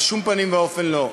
בשום פנים ואופן לא.